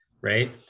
right